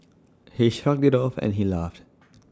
he shrugged IT off and he laughed